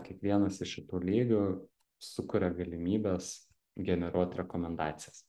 kiekvienas iš šitų lygių sukuria galimybes generuot rekomendacijas